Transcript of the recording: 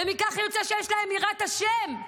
ומכך יוצא שיש להם יראת השם.